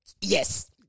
Yes